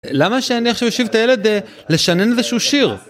למה שאני עכשיו אושיב את הילד לשנן איזשהו שיר?